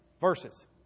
verses